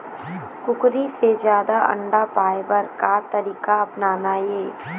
कुकरी से जादा अंडा पाय बर का तरीका अपनाना ये?